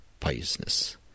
piousness